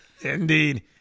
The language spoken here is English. Indeed